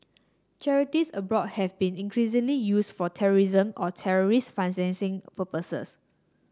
charities abroad has been increasingly used for terrorism or terrorist financing purposes